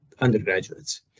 undergraduates